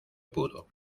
pudo